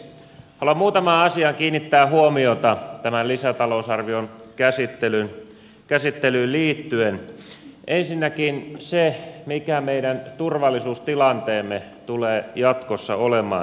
haluan muutamaan asiaan kiinnittää huomiota tämän lisätalousarvion käsittelyyn liittyen ensinnäkin siihen mikä meidän turvallisuustilanteemme tulee jatkossa olemaan